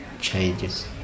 changes